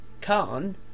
Khan